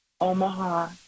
Omaha